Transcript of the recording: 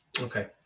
Okay